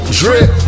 drip